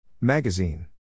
Magazine